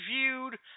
viewed